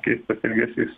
keistas ilgesys